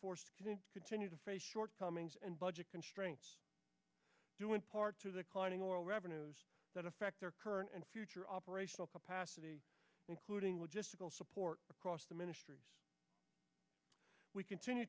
forces continue to face shortcomings and budget constraints due in part to the corning oil revenues that affect their current and future operational capacity including logistical support across the ministries we continue